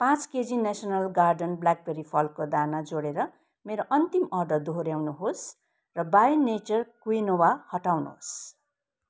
पाँच KG national garden blackberry फलको दाना जोडेर मेरो अन्तिम अर्डर दोहोऱ्याउनुहोस् र बाई नेचर क्विनोवा हटाउनुहोस्